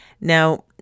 Now